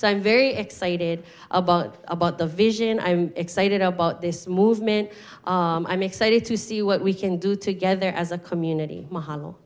so i'm very excited about about the vision i'm excited about this movement i'm excited to see what we can do together as a community